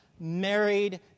married